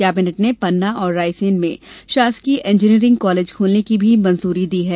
cabinet ने पन्ना और रायसेन में शासकीय इंजीनियरिंग कालेज खोलने की भी मंजूरी दी है